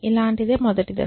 ఇలాంటిదే మొదటి దశ